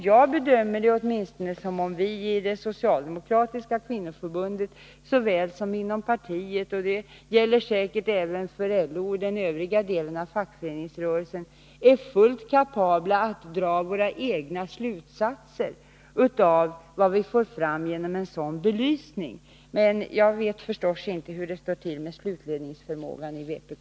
Jag bedömer det åtminstone som om vi i det socialdemokratiska kvinnoförbundet såväl som inom partiet — och det gäller säkert även för LO och den övriga delen av fackföreningsrörelsen — är fullt kapabla att dra våra egna slutsatser av vad vi får fram genom en sådan belysning. Men jag vet förstås inte hur det står till med slutledningsförmågan i vpk.